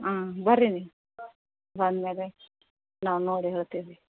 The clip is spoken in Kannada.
ಹಾಂ ಬನ್ರಿ ನೀವು ಬಂದ ಮೇಲೆ ನಾವು ನೋಡಿ ಹೇಳ್ತೀವಿ ರೀ